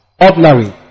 ordinary